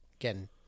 Again